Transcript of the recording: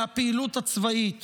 מהפעילות הצבאית